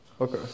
Okay